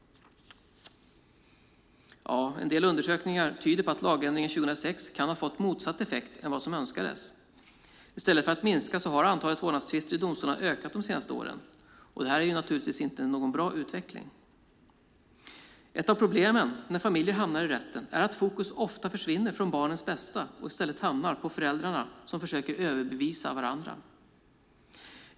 En del undersökningar tyder på att lagändringen 2006 kan ha fått motsatt effekt mot vad som önskades. I stället för att minska, har antalet vårdnadstvister i domstolarna ökat de senaste åren. Detta är naturligtvis inte någon bra utveckling. Ett av problemen när familjer hamnar i rätten är att fokus ofta försvinner från barnens bästa och i stället hamnar på föräldrarna som försöker överbevisa varandra.